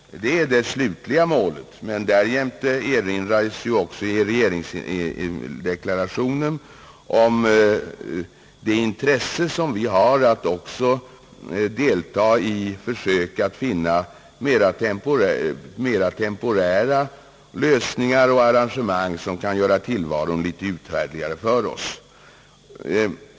Det är det slutliga målet, men därjämte erinras ju också i regeringsdeklarationen om vårt intresse att delta i försök att finna temporära lösningar och arrangemang som kan göra tillvaron litet uthärdligare för oss.